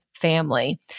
family